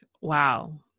wow